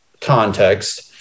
context